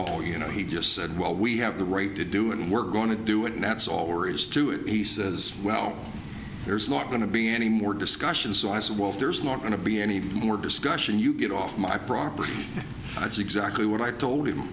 all you know he just said well we have the right to do it and we're going to do it now that's all we're used to it he says well there's lot going to be any more discussion so i said well there's not going to be any more discussion you get off my property that's exactly what i told him